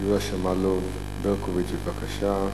יוליה שמאלוב-ברקוביץ, בבקשה.